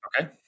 Okay